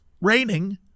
raining